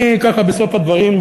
אני ככה בסוף הדברים,